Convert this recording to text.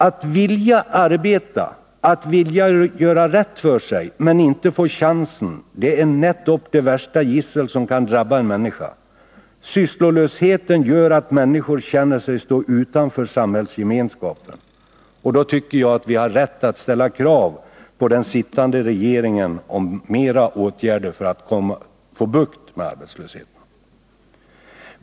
Att vilja arbeta, att vilja göra rätt för sig men inte få chansen är nättopp det värsta gissel som kan drabba en människa. Sysslolösheten gör att människor känner sig stå utanför samhällsgemenskapen. Då tycker jag att vi har rätt att ställa krav på den sittande regeringen om flera åtgärder för att få bukt med arbetslösheten.